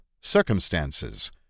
circumstances